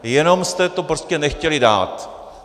Jenom jste to prostě nechtěli dát.